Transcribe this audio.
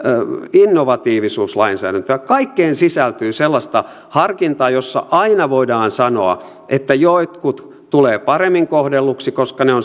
innovatiivisuuslainsäädäntöä sisältyy sellaista harkintaa jossa aina voidaan sanoa että jotkut tulevat paremmin kohdelluiksi koska he ovat